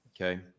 Okay